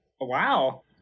Wow